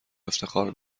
افتخار